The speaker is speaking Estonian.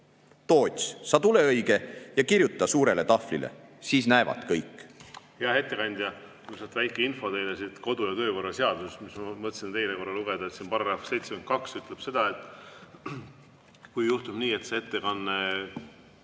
Toots, sa tule õige ja kirjuta suurele tahvlile, siis näevad kõik.""